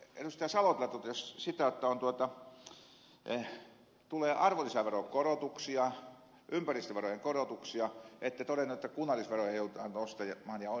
salo täällä totesi jotta tulee arvolisäveron korotuksia ympäristöverojen korotuksia ette todennut että kunnallisveroja joudutaan nostamaan ja on nostettu